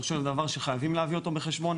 בסופו של דבר חייבים להביא אותם בחשבון.